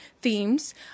themes